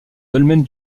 dolmens